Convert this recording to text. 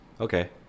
Okay